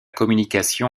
communication